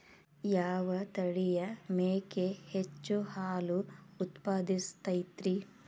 ಯಾವ ತಳಿಯ ಮೇಕೆ ಹೆಚ್ಚು ಹಾಲು ಉತ್ಪಾದಿಸತೈತ್ರಿ?